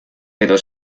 pero